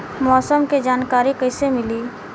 मौसम के जानकारी कैसे मिली?